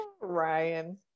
ryan